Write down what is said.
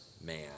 man